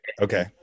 okay